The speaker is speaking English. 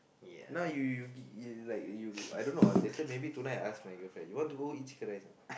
now you you is like you I don't know ah later maybe tonight I ask my girlfriend you want to go eat chicken rice or not